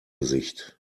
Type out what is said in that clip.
gesicht